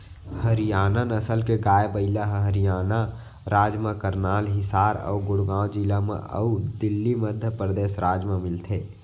हरियाना नसल के गाय, बइला ह हरियाना राज म करनाल, हिसार अउ गुड़गॉँव जिला म अउ दिल्ली, मध्य परदेस राज म मिलथे